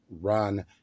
run